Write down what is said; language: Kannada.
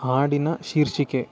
ಹಾಡಿನ ಶೀರ್ಷಿಕೆ